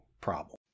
problem